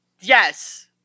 yes